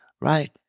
right